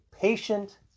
patient